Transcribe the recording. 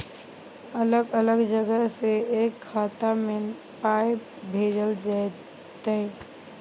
अलग अलग जगह से एक खाता मे पाय भैजल जेततै?